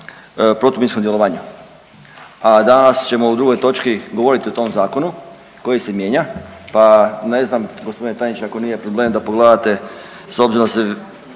protuminskom djelovanju, a danas ćemo u drugoj točki govoriti o tom Zakonu koji se mijenja pa ne znam, g. tajniče, ako nije problem da pogledate, s obzirom da se